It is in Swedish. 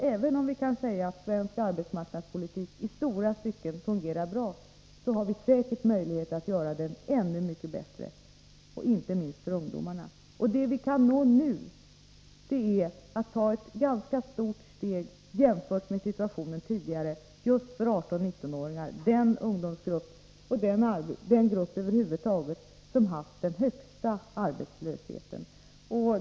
Även om vi kan säga att svensk arbetsmarknadspolitik i stora stycken fungerar bra har vi säkert möjlighet att göra den ännu mycket bättre, inte minst för ungdomarna. Det vi kan nå nu är att ta ett ganska stort steg jämfört med situationen tidigare just för 18-19-åringarna, den ungdomsgrupp och den grupp över huvud taget som haft den högsta arbetslösheten.